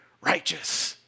righteous